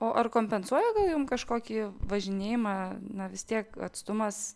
o ar kompensuoja gal jum kažkokį važinėjimą na vis tiek atstumas